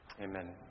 Amen